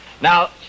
Now